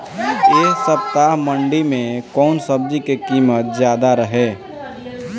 एह सप्ताह मंडी में कउन सब्जी के कीमत ज्यादा रहे?